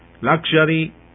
luxury